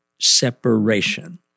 separation